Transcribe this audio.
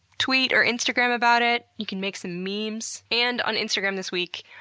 tweet or instagram about it. you can make some memes. and on instagram this week,